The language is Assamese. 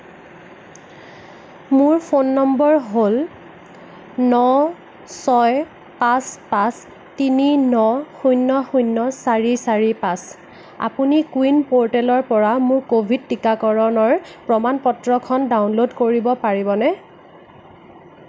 মোৰ ফোন নম্বৰ হ'ল ন ছয় পাঁচ পাঁচ তিনি ন শূন্য় শূন্য় চাৰি চাৰি পাঁচ আপুনি কোৱিন প'ৰ্টেলৰ পৰা মোৰ ক'ভিড টীকাকৰণৰ প্ৰমাণ পত্ৰখন ডাউনল'ড কৰিব পাৰিবনে